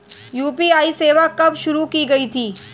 UPI सेवा कब शुरू की गई थी?